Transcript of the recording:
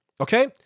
okay